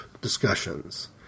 discussions